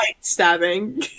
stabbing